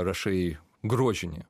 rašai grožinę